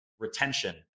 Retention